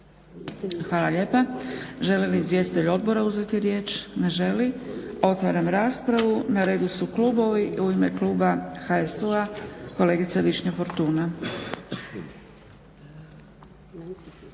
Hvala lijepa. Želi li izvjestitelj odbora uzeti riječ? Ne želi. Otvaram raspravu. Na redu su klubovi. U ime kluba HSU-a kolegica Višnja Fortuna.